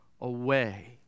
away